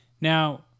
Now